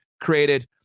created